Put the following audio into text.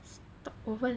stop over